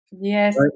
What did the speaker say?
Yes